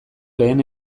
lehen